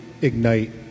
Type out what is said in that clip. Ignite